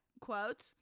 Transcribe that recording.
quote